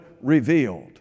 revealed